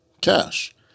cash